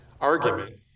argument